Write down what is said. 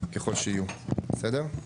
ככל שיהיו, בסדר?